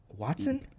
Watson